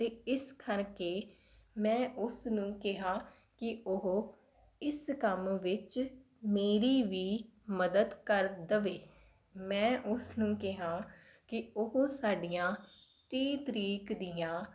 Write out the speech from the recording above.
ਅਤੇ ਇਸ ਕਰਕੇ ਮੈਂ ਉਸ ਨੂੰ ਕਿਹਾ ਕਿ ਉਹ ਇਸ ਕੰਮ ਵਿੱਚ ਮੇਰੀ ਵੀ ਮਦਦ ਕਰ ਦਵੇ ਮੈਂ ਉਸ ਨੂੰ ਕਿਹਾ ਕਿ ਉਹ ਸਾਡੀਆਂ ਤੀਹ ਤਰੀਕ ਦੀਆਂ